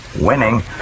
Winning